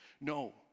No